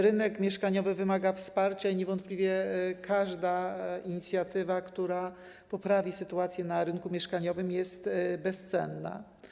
Rynek mieszkaniowy wymaga wsparcia i niewątpliwie każda inicjatywa, która poprawi sytuację na tym rynku, jest bezcenna.